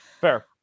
Fair